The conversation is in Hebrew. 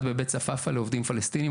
אחד בבית צפאפא לעובדים פלסטינים,